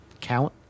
count